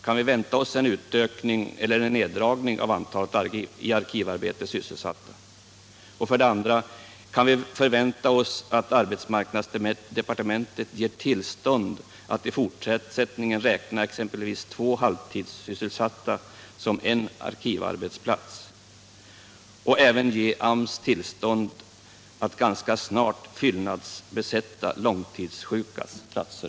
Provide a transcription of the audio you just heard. Kan vi vänta oss en utökning eller en neddragning av antalet i arkivarbete sysselsatta? Kan vi förvänta oss att arbetsmarknadsdepartementet ger tillstånd att i fortsättningen räkna exempelvis två halvtidssysselsatta som en arkivarbetsplats och även ger AMS tillstånd att ganska snart fyllnadsbesätta långtidssjukas platser?